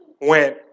went